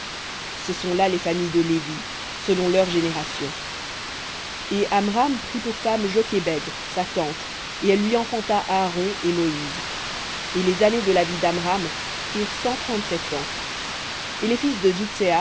ce sont là les familles de lévi selon leurs générations et amram prit pour femme jokébed sa tante et elle lui enfanta aaron et moïse et les années de la vie d'amram furent cent trente-sept ans et les fils de